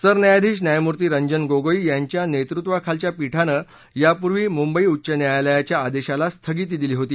सरन्यायाधीश न्यायमूर्ती रंजन गोगोई यांच्या नेतृत्वाखालच्या पीठानं यापूर्वी मुंबई उच्च न्यायालयाच्या आदेशाला स्थगिती दिली होती